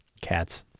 cats